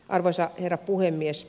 arvoisa herra puhemies